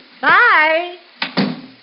Bye